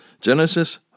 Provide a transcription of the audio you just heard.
Genesis